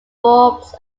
forbs